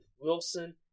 Wilson